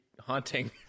haunting